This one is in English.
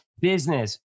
business